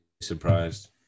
surprised